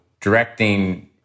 directing